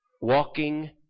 walking